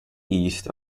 east